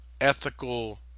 ethical